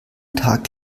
tag